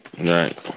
Right